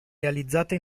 realizzata